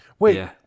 Wait